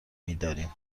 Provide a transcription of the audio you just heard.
میداریم